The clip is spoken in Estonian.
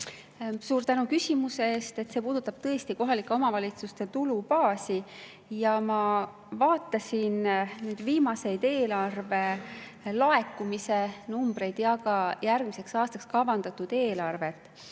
Suur tänu küsimuse eest! See puudutab tõesti kohalike omavalitsuste tulubaasi. Ma vaatasin viimaseid eelarvelaekumise numbreid ja ka järgmiseks aastaks kavandatud eelarvet.